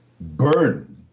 burden